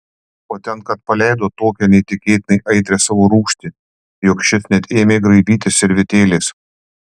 o ten kad paleido tokią neįtikėtinai aitrią savo rūgštį jog šis net ėmė graibytis servetėlės